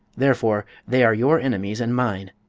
therefore, they are your enemies and mine!